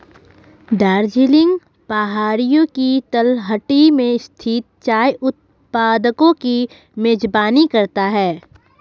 दार्जिलिंग पहाड़ियों की तलहटी में स्थित चाय उत्पादकों की मेजबानी करता है